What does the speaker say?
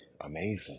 amazing